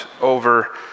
over